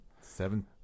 seven